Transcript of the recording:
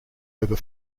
over